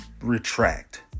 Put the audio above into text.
retract